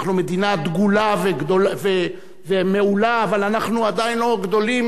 אנחנו מדינה דגולה ומעולה אבל אנחנו עדיין לא גדולים